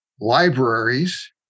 libraries